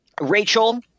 Rachel